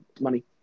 Money